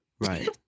Right